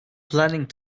planning